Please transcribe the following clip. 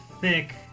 thick